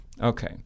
Okay